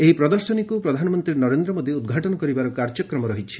ଏହି ପ୍ରଦର୍ଶନୀକୁ ପ୍ରଧାନମନ୍ତ୍ରୀ ନରେନ୍ଦ୍ର ମୋଦି ଉଦଘାଟନ କରିବାର କାର୍ଯ୍ୟକ୍ରମ ରହିଛି